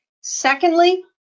Secondly